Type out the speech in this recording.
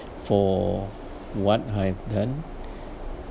for what I've done